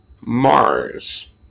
Mars